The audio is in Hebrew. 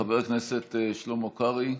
חבר הכנסת שלמה קרעי,